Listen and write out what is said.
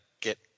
get